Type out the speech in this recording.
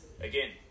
again